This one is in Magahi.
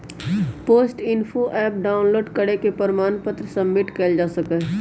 पोस्ट इन्फो ऍप डाउनलोड करके प्रमाण पत्र सबमिट कइल जा सका हई